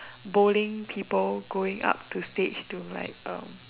bowling people going up to stage to like um